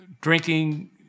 drinking